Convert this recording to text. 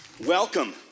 Welcome